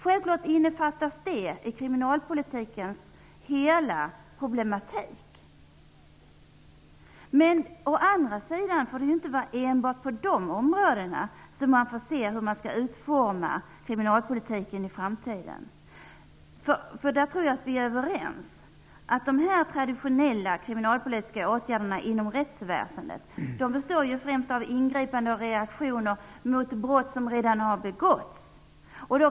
Självfallet innefattas detta i kriminalvårdens hela problematik, men det skall å andra sidan inte vara enbart på de områdena som man skall studera hur kriminalpolitiken i framtiden skall utformas. Jag tror att vi är överens om att de traditionella kriminalpolitiska åtgärderna inom rättsväsendet främst består av ingripanden och reaktioner mot redan begångna brott.